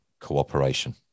cooperation